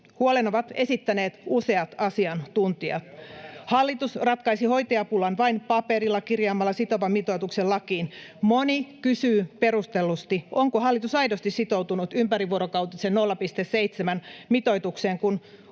Ne ovat väärässä!] Hallitus ratkaisi hoitajapulan vain paperilla kirjaamalla sitovan mitoituksen lakiin. Moni kysyy perustellusti, onko hallitus aidosti sitoutunut ympärivuorokautisen hoivan 0,7:n mitoitukseen,